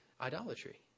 idolatry